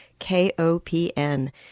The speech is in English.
KOPN